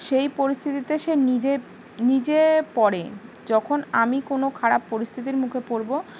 সেই পরিস্থিতিতে সে নিজে নিজে পড়ে যখন আমি কোনো খারাপ পরিস্থিতির মুখে পড়বো